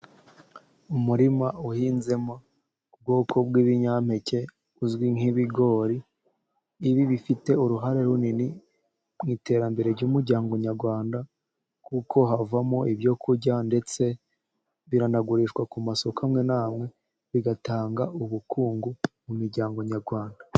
Umurima uhinzemo ubwoko bw'ibinyampeke uzwi nk'ibigori, ibi bifite uruhare runini mu iterambere ry'umuryango nyarwanda, kuko havamo ibyo kurya ndetse biranagurishwa ku masoko amwe n'amwe, bigatanga ubukungu mu miryango nyarwanda.